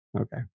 Okay